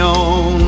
on